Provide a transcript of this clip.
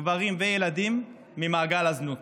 גברים וילדים ממעגל הזנות.